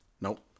Nope